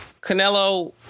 Canelo